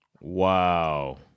Wow